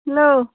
hello